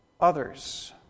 Others